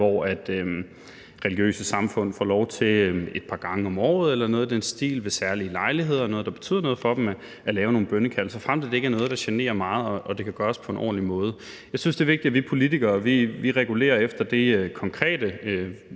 hvor religiøse samfund får lov til et par gange om året eller noget i den stil, ved særlige lejligheder og noget, der betyder noget for dem, at lave nogle bønnekald, såfremt det ikke er noget, der generer meget, og det kan gøres på en ordentlig måde. Jeg synes, det er vigtigt, at vi politikere regulerer efter de konkrete